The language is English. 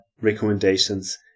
recommendations